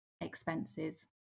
expenses